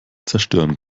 zerstören